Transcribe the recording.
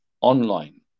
online